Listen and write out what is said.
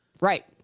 right